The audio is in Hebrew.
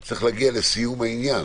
יש להגיע לסיום העניין.